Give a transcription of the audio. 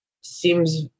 seems